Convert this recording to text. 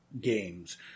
games